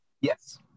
yes